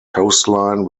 coastline